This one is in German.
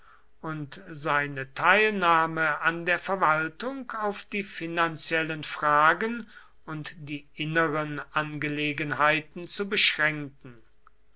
und seine teilnahme an der verwaltung auf die finanziellen fragen und die inneren angelegenheiten zu beschränken